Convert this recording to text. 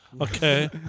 Okay